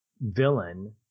villain